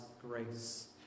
grace